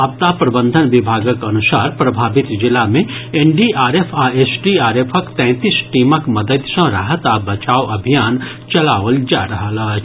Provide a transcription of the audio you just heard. आपदा प्रबंधन विभागक अनुसार प्रभावित जिला मे एनडीआरएफ आ एसडीआरएफक तैंतीस टीमक मददि सँ राहत आ बचाव अभियान चलाओल जा रहल अछि